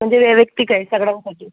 म्हणजे वैयक्तिकए सगळ्यांसाठी